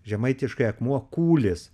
žemaitiškai akmuo kūlis